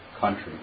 country